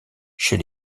chez